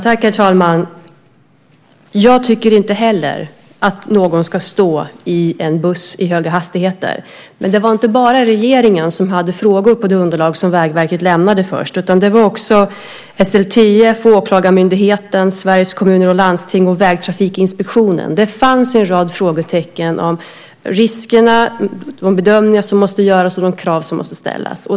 Herr talman! Jag tycker inte heller att någon ska stå i en buss i höga hastigheter. Men det var inte bara regeringen som hade frågor om det underlag som Vägverket lämnade först, utan det var också SLTF, Åklagarmyndigheten, Sveriges Kommuner och Landsting och Vägtrafikinspektionen. Det fanns en rad frågetecken om riskerna, om de bedömningar som måste göras och om de krav som måste ställas.